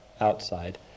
outside